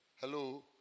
Hello